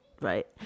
right